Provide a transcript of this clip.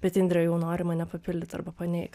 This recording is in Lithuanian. bet indrė jau nori mane papildyt arba paneigt